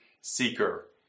seeker